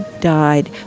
died